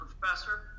professor